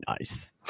nice